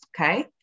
okay